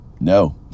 no